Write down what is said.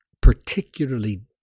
particularly